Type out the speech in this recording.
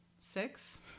six